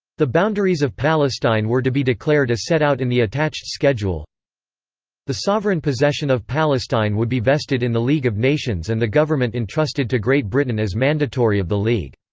the boundaries of palestine were to be declared as set out in the attached schedule the sovereign possession of palestine would be vested in the league of nations and the government entrusted to great britain as mandatory of the league.